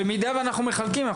במידה ואנחנו מחלקים,